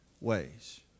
ways